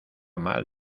mal